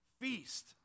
feast